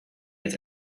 had